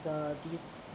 a du~